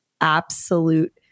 absolute